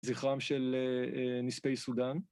זכרם של נספי סודן.